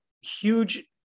huge